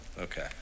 Okay